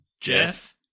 Jeff